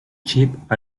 chip